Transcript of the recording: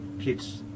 kids